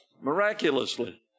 miraculously